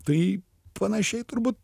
tai panašiai turbūt